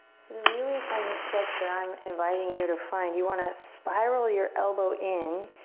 sort of really find the stretch that i'm inviting you to find you wanna spiral your elbow in.